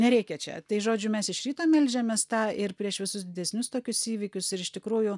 nereikia čia tai žodžiu mes iš ryto meldžiamės tą ir prieš visus didesnius tokius įvykius ir iš tikrųjų